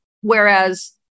Whereas